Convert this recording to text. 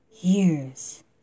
years